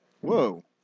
Whoa